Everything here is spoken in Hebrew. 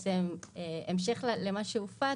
בהמשך למה שהופץ,